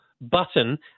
button